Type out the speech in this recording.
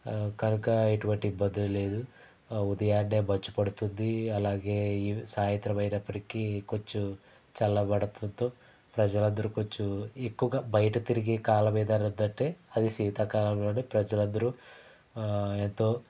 కనుక ఎటువంటి ఇబ్బంది లేదు ఉదయాన్నే మంచు పడుతుంది అలాగే ఈవి సాయంత్రం అయినప్పటికీ కొంచెం చల్లబడతుంతో ప్రజలందరూ కొంచెం ఎక్కువగా బయట తిరిగే కాలం ఏదైనా ఉందంటే అది శీతాకాలంలోనే ప్రజలందరూ ఎంతో